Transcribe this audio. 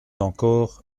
encore